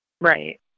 Right